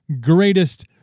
greatest